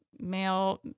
Male